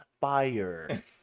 Fire